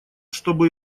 чтобы